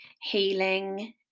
healing